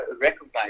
recognize